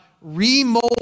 remold